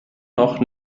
noch